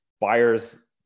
buyers